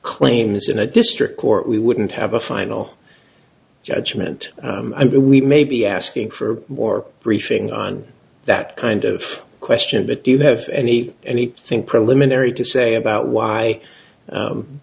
claims in a district court we wouldn't have a final judgment and we may be asking for more briefing on that kind of question but do you have any anything preliminary to say about why